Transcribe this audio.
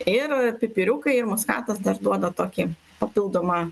ir pipiriukai muskatas dar duoda tokį papildomą